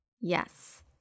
Yes